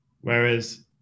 Whereas